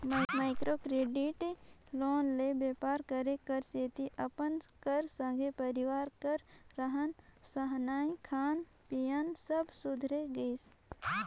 micro credit loan ले बेपार करे कर सेती अपन कर संघे परिवार कर रहन सहनए खान पीयन सब सुधारे गइस